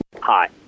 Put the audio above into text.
Hi